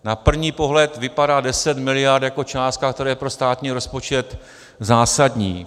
Na první pohled vypadá 10 miliard jako částka, která je pro státní rozpočet zásadní.